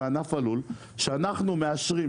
בענף הלול שאנחנו מאשרים.